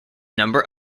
number